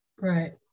right